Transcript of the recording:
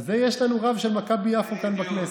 אז יש לנו רב של מכבי יפו כאן בכנסת.